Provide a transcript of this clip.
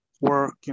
work